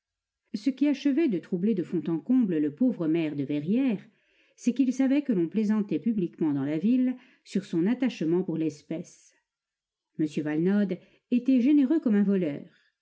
ce qui achevait de troubler de fond en comble le pauvre maire de verrières c'est qu'il savait que l'on plaisantait publiquement dans la ville sur son attachement pour l'espèce m valenod était généreux comme un voleur